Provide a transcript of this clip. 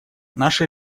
наши